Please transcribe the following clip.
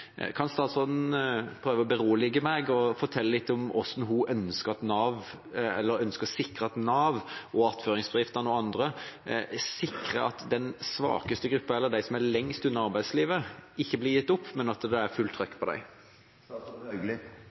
Kan statsråden prøve å berolige meg og fortelle litt om hvordan hun ønsker at Nav, attføringsbedriftene og andre sikrer at den svakeste gruppa, de som er lengst unna arbeidslivet, ikke blir gitt opp, men at det er fullt trykk på